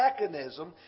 mechanism